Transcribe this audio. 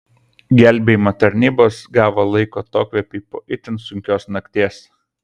gelbėjimo tarnybos gavo laiko atokvėpiui po itin sunkios nakties